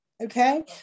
okay